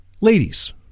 Ladies